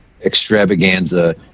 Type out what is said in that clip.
extravaganza